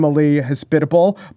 hospitable